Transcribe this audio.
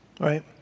right